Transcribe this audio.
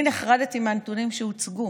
אני נחרדתי מהנתונים שהוצגו.